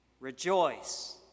rejoice